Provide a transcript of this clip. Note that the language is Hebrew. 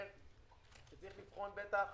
צריך לבחון, בטח